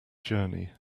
journey